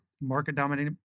market-dominated